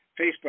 Facebook